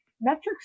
metrics